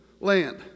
land